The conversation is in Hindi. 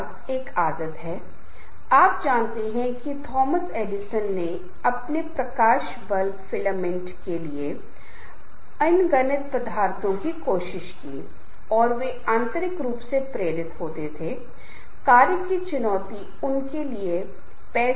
इसलिए अब मैं यह निष्कर्ष निकालना चाहूंगा कि समूह की गतिशीलता का अध्ययन करना आवश्यक है क्योंकि यह पता लगाने में मदद करता है कि समूह के भीतर संबंध कैसे बने हैं और यह वास्तव में बहुत चुनौतीपूर्ण है